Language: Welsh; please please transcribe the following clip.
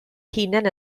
hunain